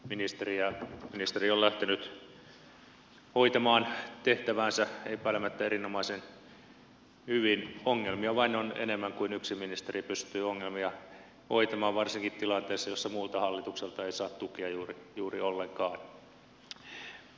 ministeri on lähtenyt hoitamaan tehtäväänsä epäilemättä erinomaisen hyvin ongelmia vain on enemmän kuin yksi ministeri pystyy ongelmia hoitamaan varsinkin tilanteessa jossa muulta hallitukselta ei saa tukea juuri ollenkaan